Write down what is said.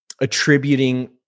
attributing